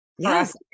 Yes